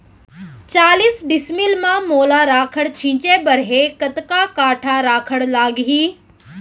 चालीस डिसमिल म मोला राखड़ छिंचे बर हे कतका काठा राखड़ लागही?